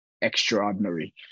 extraordinary